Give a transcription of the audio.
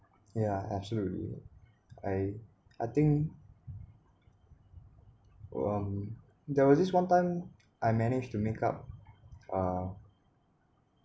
yeah absolutely I I think um there was this one time I managed to make up uh